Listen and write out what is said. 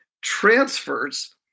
transfers